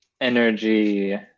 energy